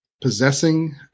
possessing